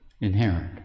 inherent